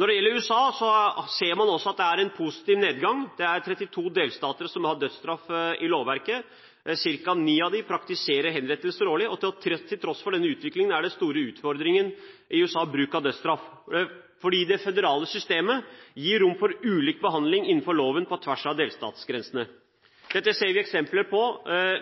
Når det gjelder USA, ser man at det er en positiv nedgang. Det er 32 delstater som har dødsstraff i lovverket. Cirka ni av dem praktiserer henrettelser årlig, og til tross for denne utviklingen er bruk av dødsstraff den store utfordringen i USA, fordi det føderale systemet gir rom for ulik behandling innenfor loven på tvers av delstatsgrensene. Dette har vi sett eksempler på